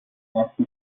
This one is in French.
ainsi